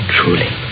Truly